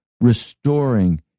restoring